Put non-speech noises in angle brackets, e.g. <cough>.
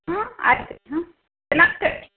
ಹಾಂ ಆಯ್ತು ಹಾಂ <unintelligible>